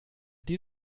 die